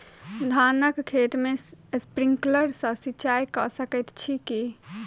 धानक खेत मे स्प्रिंकलर सँ सिंचाईं कऽ सकैत छी की?